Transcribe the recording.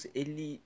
ele